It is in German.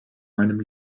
meinem